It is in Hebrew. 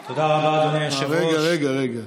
רגע, רגע.